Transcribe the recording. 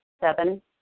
Seven